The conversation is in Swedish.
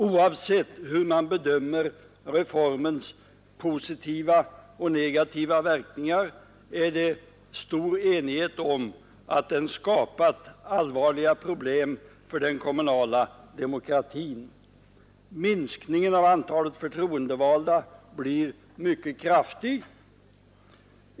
Oavsett hur man bedömer reformens positiva och negativa verkningar råder det stor enighet om att den skapat allvarliga problem för den kommunala demokratin. Minskningen av antalet förtroendevalda blir mycket kraftig.